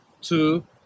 two